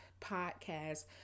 podcast